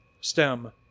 STEM